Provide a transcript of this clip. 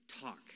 talk